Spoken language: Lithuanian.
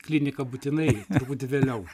kliniką būtinai truputį vėliau